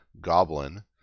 goblin